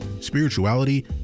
spirituality